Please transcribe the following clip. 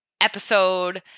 episode